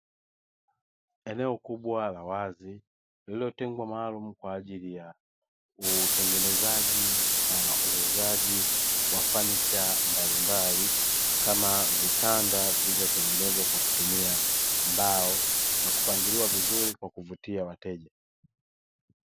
Eneo kubwa la wazi lililotengwa maalum kwa ajili ya utengenezaji na uuzaji wa fanicha mbalimbali kama vitanda, vilivyotengenezwa kwa kutumia mbao na kupangiliwa vizuri kwa kuvutia wateja.